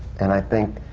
and i think,